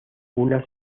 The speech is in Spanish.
una